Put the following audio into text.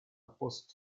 пост